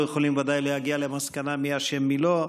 וודאי לא יכולים להגיע למסקנה מי אשם ומי לא.